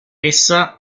essa